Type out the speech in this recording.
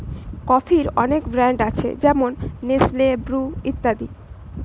কফির অনেক ব্র্যান্ড আছে যেমন নেসলে, ব্রু ইত্যাদি